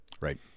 Right